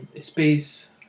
Space